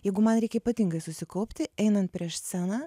jeigu man reikia ypatingai susikaupti einant prieš sceną